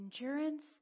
endurance